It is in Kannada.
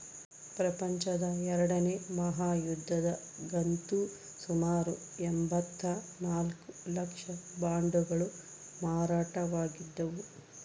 ಪ್ರಪಂಚದ ಎರಡನೇ ಮಹಾಯುದ್ಧದಗಂತೂ ಸುಮಾರು ಎಂಭತ್ತ ನಾಲ್ಕು ಲಕ್ಷ ಬಾಂಡುಗಳು ಮಾರಾಟವಾಗಿದ್ದವು